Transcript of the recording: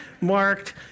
marked